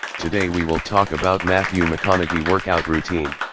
today we will talk about matthew mcconaughey workout routine.